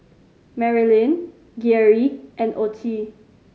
Marilynn Geary and Ocie